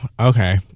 Okay